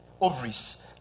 ovaries